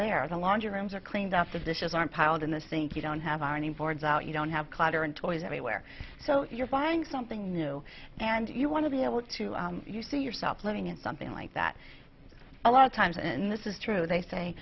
there or the laundry rooms are cleaned up the dishes aren't piled in the sink you don't have ironing boards out you don't have clutter and toys everywhere so if you're buying something new and you want to be able to see yourself living in something like that a lot of times and this is true they say